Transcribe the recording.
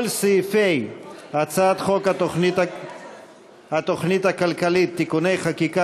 כל סעיפי הצעת חוק התוכנית הכלכלית (תיקוני חקיקה